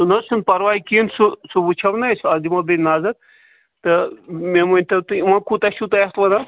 سُہ نہَ حظ چھُنہٕ پَرواے کیٚنٛہہ سُہ وُچھو نا أسۍ اَتھ دِمو بیٚیہِ نظر تہٕ مےٚ ؤنۍتَو تُہۍ وۅنۍ کوٗتاہ چھُو تۄہہِ اَتھ وَنان